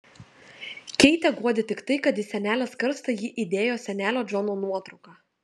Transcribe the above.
keitę guodė tik tai kad į senelės karstą ji įdėjo senelio džono nuotrauką